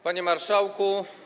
Panie Marszałku!